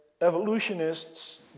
evolutionists